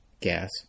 gas